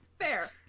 Fair